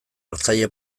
hartzaile